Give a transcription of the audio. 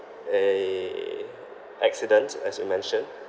uh accidents as you mentioned